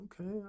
okay